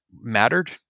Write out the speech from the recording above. mattered